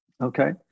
okay